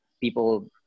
people